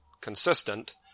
consistent